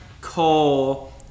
Cole